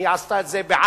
היא עשתה את זה בעזה,